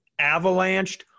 avalanched